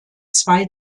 zwei